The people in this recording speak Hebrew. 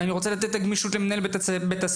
ואני רוצה לתת את הגמישות למנהל בית הספר,